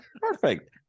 Perfect